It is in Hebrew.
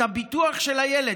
את הביטוח של הילד.